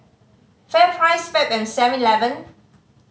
FairPrice Fab and Seven Eleven